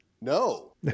no